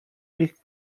ich